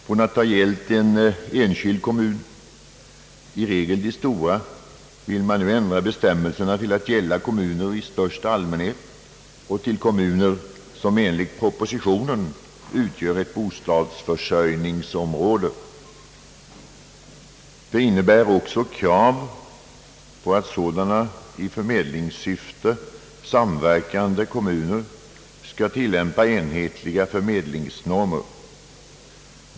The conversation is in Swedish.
Från att ha gällt en enskild kommun, i regel de stora, vill man nu ändra bestämmelserna till att gälla kommuner i största allmänhet och till kommuner som enligt propositionen utgör ett bostadsförsörjningsområde. Det innebär också krav på att sådana i förmedlingssyfte samverkande kommuner skall tillämpa enhetliga förmedlingsnormer.